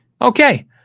okay